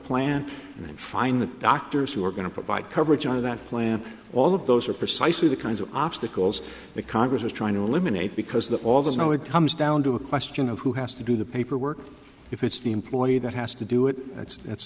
plan and find the doctors who are going to provide coverage on that plan all of those are precisely the kinds of obstacles that congress is trying to eliminate because that although it comes down to a question of who has to do the paperwork if it's the employee that has to do it that's